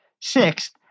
Sixth